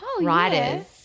writers